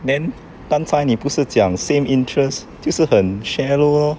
then 刚才妳不是讲 same interest 就是很 shallow lor